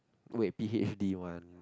wait P_H_D one